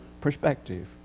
perspective